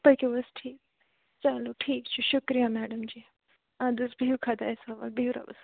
پٔکِو حظ ٹھی چلو ٹھیٖک چھُ شُکریہ مٮ۪ڈم جی آدٕ حظ بِہِو خۄدایس حوال بِہِو رۄبس حوال